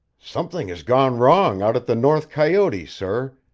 something has gone wrong out at the north coyote, sir,